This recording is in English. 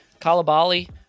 Kalabali